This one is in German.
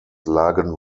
lagen